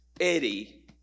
Eddie